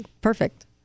Perfect